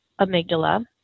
amygdala